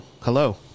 hello